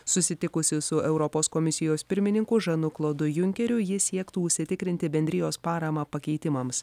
susitikusi su europos komisijos pirmininku žanu klodu junkeriu ji siektų užsitikrinti bendrijos paramą pakeitimams